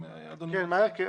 כן, מה ההרכב?